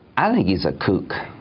i think he's a kook.